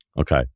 Okay